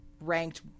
ranked